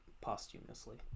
posthumously